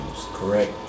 correct